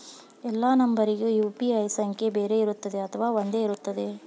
ಎಲ್ಲಾ ನಂಬರಿಗೂ ಯು.ಪಿ.ಐ ಸಂಖ್ಯೆ ಬೇರೆ ಇರುತ್ತದೆ ಅಥವಾ ಒಂದೇ ಇರುತ್ತದೆ?